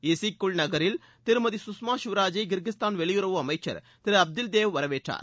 இசிக் Kul நகரில் திருமதி சுஷ்மா ஸ்வராஜை கிர்கிஸ்தான் வெளியுறவு அமைச்சர் திரு அப்தில்தாவ் வரவேற்றார்